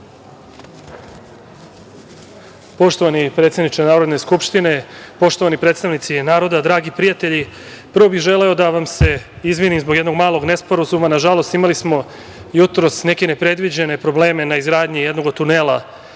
Poštovani predsedniče Narodne skupštine, poštovani predstavnici naroda, dragi prijatelji, prvo bih želeo da vam se izvinim zbog jednog malog nesporazuma. Na žalost, imali smo jutros neke ne predviđene probleme na izgradnji jednog od tunela